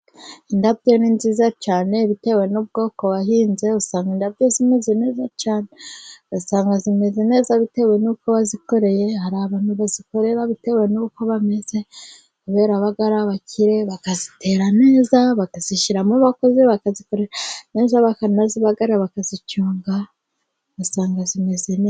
Indabyo ni nziza cyane, bitewe n'ubwoko wahinze, usanga indabyo zimeze neza cyane, ugasanga zimeze neza, bitewe n'uko wazikoreye, hari abantu bazikorera bitewe n'uko bameze, kubera aba rabakire bakazitera neza, bakazishyiramo abakozi bakazikorera neza, bakanazibagarira bakaziconga, ugasanga zimeze neza.